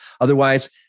Otherwise